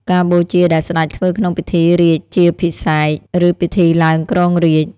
ការបូជាដែលស្ដេចធ្វើក្នុងពិធីរាជាភិសេក ឫពិធីឡើងគ្រងរាជ្យ។